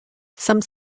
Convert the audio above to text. some